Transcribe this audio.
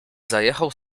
zajechał